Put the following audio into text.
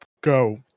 go